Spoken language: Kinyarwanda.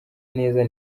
neza